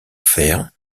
faire